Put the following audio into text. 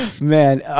Man